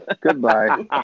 Goodbye